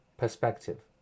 perspective